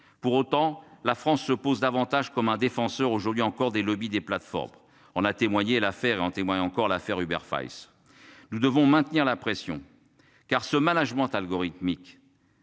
pour autant la France se pose davantage comme un défenseur aujourd'hui encore des lobbies des plateformes. On a témoigné l'affaire en témoigne encore l'affaire Hubert Fayard. Nous devons maintenir la pression car ce management algorithmique.